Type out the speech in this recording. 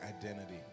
identity